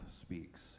speaks